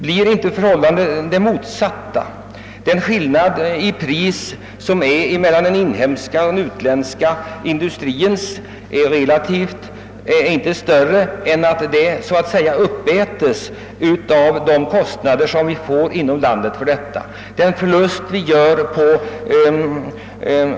Blir inte förhållandet det motsatta? Den skillnad i prisläge som föreligger mellan den inhemska och den utländska industrin är inte större än att vinsten uppätes av de kostnader som vi får inom landet vid en beställning hos denna utländska industri.